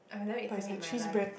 I've never eaten it in my life